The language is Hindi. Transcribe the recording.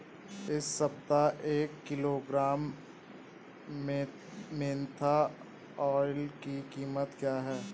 इस सप्ताह एक किलोग्राम मेन्था ऑइल की कीमत क्या है?